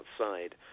outside